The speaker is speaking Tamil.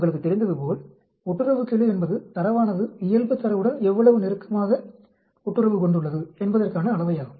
உங்களுக்குத் தெரிந்ததுபோல் ஒட்டுறவுக்கெழு என்பது தரவானது இயல்பு தரவுடன் எவ்வளவு நெருக்கமாக ஒட்டுறவு கொண்டுள்ளது என்பதற்கான அளவையாகும்